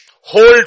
Hold